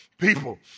people